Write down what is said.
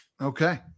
Okay